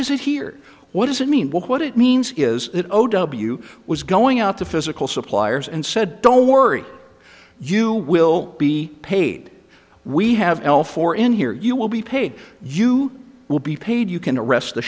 is it here what does it mean what it means is it o w was going out to physical suppliers and said don't worry you will be paid we have l four in here you will be paid you will be paid you can arrest the